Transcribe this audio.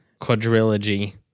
quadrilogy